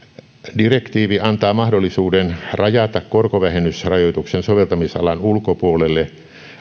direktiivi antaa mahdollisuuden rajata korkovähennysrajoituksen soveltamisalan ulkopuolelle